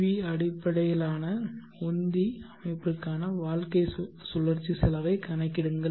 we அடிப்படையிலான உந்தி அமைப்பிற்கான வாழ்க்கை சுழற்சி செலவைக் கணக்கிடுங்கள்